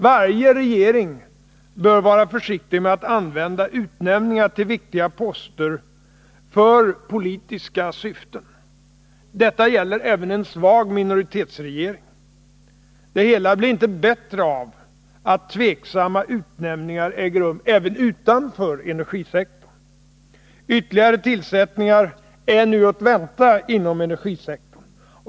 Varje regering bör vara försiktig med att använda utnämningar till viktiga poster för politiska syften. Detta gäller även en svag minoritetsregering. Det hela blir inte bättre av att tveksamma utnämningar ägt rum även utanför energisektorn. Ytterligare tillsättningar är nu att vänta inom energisektorn.